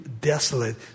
desolate